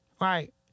right